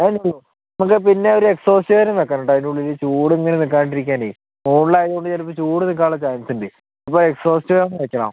നമുക്ക് പിന്നെയൊരു എക്സ്ഹോസ്റ്റ് ഫാനും വയ്ക്കണം കേട്ടോ അതിന്റെ ഉള്ളിൽ ചൂട് ഇങ്ങനെ നിൽക്കാതിരിക്കാനെ മുകളിലായതുകൊണ്ട് ചിലപ്പോൾ ചൂട് നിൽക്കാനുള്ള ചാൻസുണ്ട് അപ്പോൾ എക്സ്ഹോസ്റ്റ് ഫാന് വയ്ക്കണോ